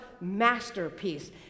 masterpiece